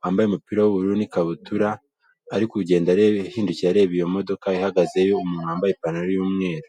wambaye umupira w'ubururu n'ikabutura ari kugenda ari kugenda ahindukira areba iyo modoka ihagazeyo umuntu wambaye ipantaro y'umweru.